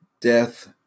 death